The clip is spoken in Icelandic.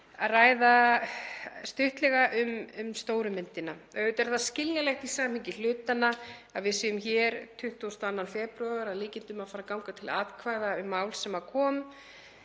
og ræða stuttlega um stóru myndina. Auðvitað er það skiljanlegt í samhengi hlutanna að við séum hér 22. febrúar að líkindum að fara að ganga til atkvæða um mál sem kom